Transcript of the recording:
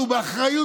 רגע.